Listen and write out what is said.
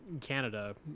Canada